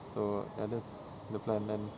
so ya just apply and then